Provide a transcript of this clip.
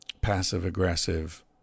passive-aggressive